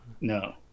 No